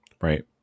right